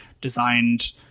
designed